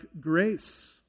grace